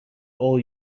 all